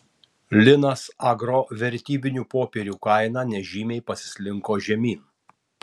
linas agro vertybinių popierių kaina nežymiai pasislinko žemyn